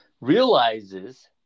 realizes